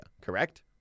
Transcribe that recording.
correct